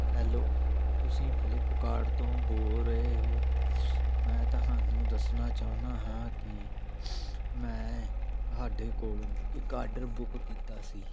hello ਤੁਸੀਂ Flipkart ਤੋਂ ਬੋਲ ਰਹੇ ਹੋ ਮੈਂ ਤੁਹਾਨੂੰ ਦੱਸਣਾ ਚਾਹੁੰਦਾ ਹਾਂ ਕਿ ਮੈਂ ਤੁਹਾਡੇ ਕੋਲੋਂ ਇੱਕ ਆਡਰ ਬੁੱਕ ਕੀਤਾ ਸੀ